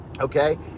okay